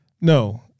No